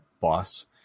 boss